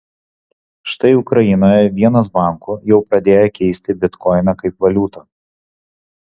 štai ukrainoje vienas bankų jau pradėjo keisti bitkoiną kaip valiutą